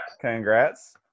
Congrats